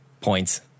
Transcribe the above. Points